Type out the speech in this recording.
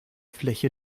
fläche